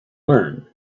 learn